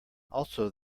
also